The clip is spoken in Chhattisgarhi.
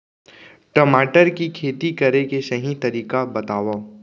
टमाटर की खेती करे के सही तरीका बतावा?